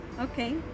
Okay